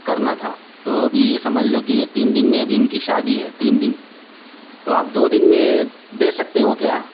کرنا تھا تو ابھی یہ سمجھ لو کہ یہ تین دن میں ابھی ان کی شادی ہے تین دن تو آپ دو دن میں دے سکتے ہو کیا